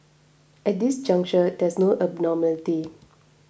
at this juncture there is no abnormality